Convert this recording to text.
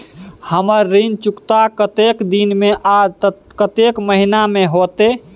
हमर ऋण चुकता कतेक दिन में आ कतेक महीना में होतै?